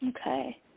Okay